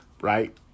right